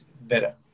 better